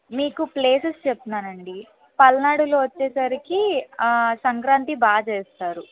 మీకు ప్లేసెస్ చెప్తున్నాను అండి పల్నాడులో వచ్చేసరికి సంక్రాంతి బాగా చేస్తారు